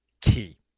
key